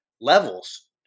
levels